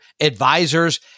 advisors